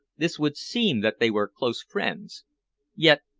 this would seem that they were close friends yet,